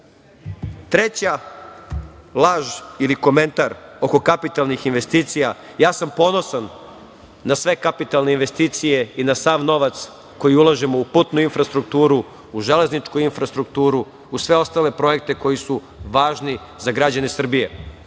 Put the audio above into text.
laž ili komentar oko kapitalnih investicija, ja sam ponosan na sve kapitalne investicije i na sav novac koji ulažemo u putnu infrastrukturu, u železničku infrastrukturu, u sve ostale projekte koji su važni za građane Srbije. Tokom